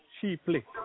cheaply